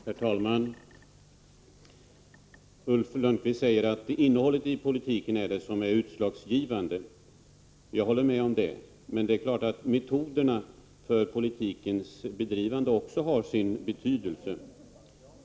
Herr talman! Ulf Lönnqvist säger att innehållet i politiken är det utslagsgivande. Jag håller med om det, men det är klart att även metoderna för politikens bedrivande har sin betydelse.